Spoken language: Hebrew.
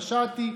פשעתי,